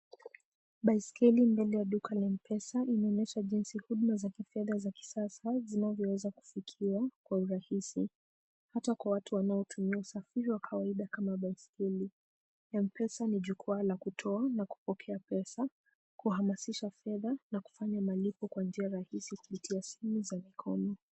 Baiskeli mbele ya duka la M-Pesa, inaonyesha jinsi huduma za kifedha za kisasa zinazoweza kufikiwa kwa urahisi, hata kwa watu wanaotumia usafiri wa kawaida kama baiskeli. M-Pesa ni jukwaa la kutoa na kupokea pesa, kuhamasisha fedha na kufanya malipo kwa njia rahisi kupitia simu za mikono.